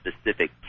specific